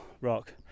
rock